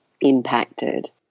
impacted